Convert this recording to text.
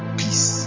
peace